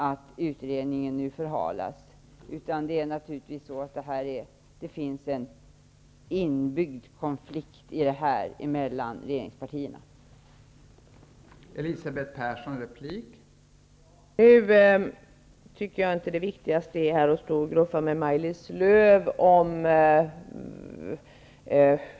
Det finns naturligtvis en inbyggd konflikt mellan regeringspartierna när det gäller den här frågan.